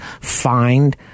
find